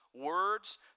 words